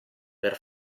per